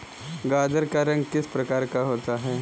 गाजर का रंग किस प्रकार का होता है?